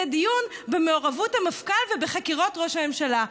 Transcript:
דיון במעורבות המפכ"ל בחקירות ראש הממשלה,